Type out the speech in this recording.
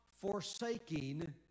forsaking